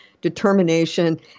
determination